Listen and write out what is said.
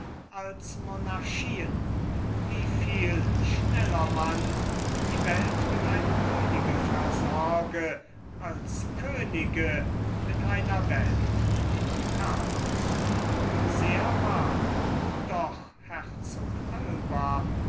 als monarchien wieviel schneller man die welt mit einem könige versorge als könige mit einer welt carlos sehr wahr doch herzog alba